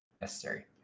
necessary